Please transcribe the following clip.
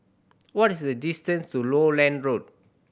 what is the distance to Lowland Road